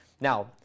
Now